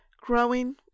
growing